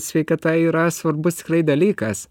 sveikata yra svarbus dalykas